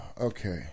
Okay